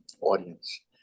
audience